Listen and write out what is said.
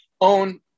own